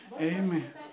Amen